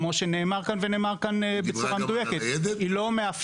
כמו שנאמר כאן ובצורה מדויקת --- היא --- גם את הניידת?